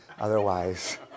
otherwise